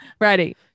Ready